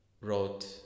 wrote